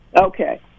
Okay